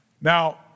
Now